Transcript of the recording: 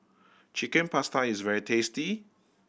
Chicken Pasta is very tasty